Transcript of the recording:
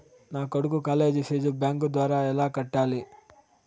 మా కొడుకు college fees bank ద్వారా ఎలా కట్టాలి?